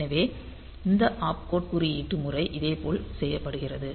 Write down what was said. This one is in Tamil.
எனவே இந்த ஆப்கோட் குறியீட்டு முறை இதேபோல் செய்யப்படுகிறது